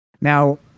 now